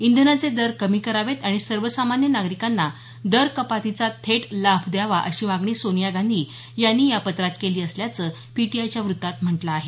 इंधनाचे दर कमी करावेत आणि सर्वसामान्य नागरिकांना दरकपातीचा थेट लाभ द्यावा अशी मागणी सोनिया गांधी यांनी या पत्रात केली असल्याचं पीटीआयच्या वृत्तात म्हटलं आहे